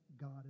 God